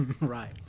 Right